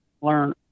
learn